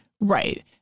Right